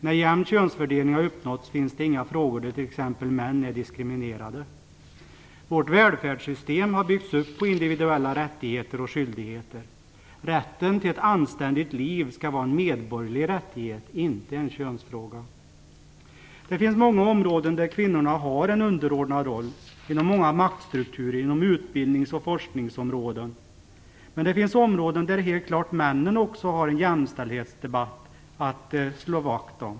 När jämn könsfördelning har uppnåtts finns det t.ex. inga frågor där män är diskriminerade. Vårt välfärdssystem har byggts upp på individuella rättigheter och skyldigheter. Rätten till ett anständigt liv skall vara en medborgerlig rättighet, inte en könsfråga. Det finns många områden där kvinnorna spelar en underordnad roll. Det gäller inom många maktstrukturer och på utbildnings och forskningsområden. Det finns också områden där männen helt klart också har en jämställdhetsdebatt att slå vakt om.